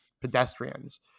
pedestrians